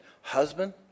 Husband